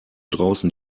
draußen